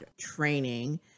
training